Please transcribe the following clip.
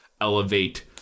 elevate